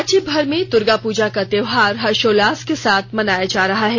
राज्यभर में दुर्गापूजा का त्योहार हर्षोल्लास के साथ मनाया जा रहा है